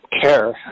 care